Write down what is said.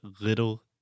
Little